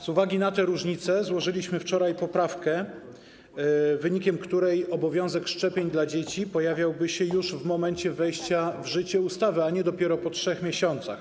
Z uwagi na te różnice złożyliśmy wczoraj poprawkę, w wyniku której obowiązek szczepień dla dzieci pojawiałby się już w momencie wejścia w życie ustawy, a nie dopiero po 3 miesiącach.